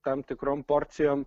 tam tikrom porcijom